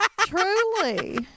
truly